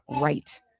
right